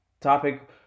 topic